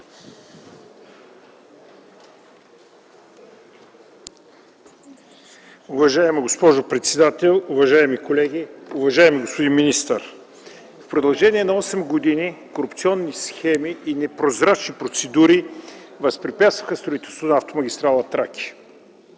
Уважаема госпожо председател, уважаеми колеги! Уважаеми господин министър, в продължение на осем години корупционни схеми и непрозрачни процедури възпрепятстваха строителството на автомагистрала „Тракия”.